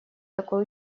такой